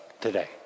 today